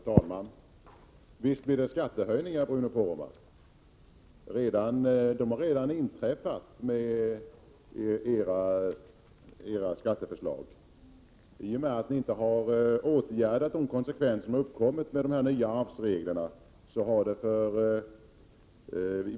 Herr talman! Visst blir det skattehöjningar, Bruno Poromaa! De har redan inträffat som följd av era skatteförslag. Det blir det i och med att ni inte har åtgärdat konsekvenserna av de nya arvsreglerna.